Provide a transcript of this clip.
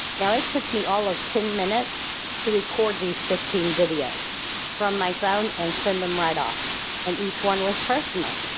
now it took me all of ten minutes to record these fifteen videos from my phone and send them right off and each one was personal.